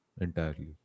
entirely